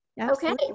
Okay